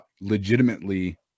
legitimately